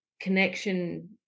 connection